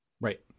Right